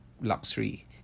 luxury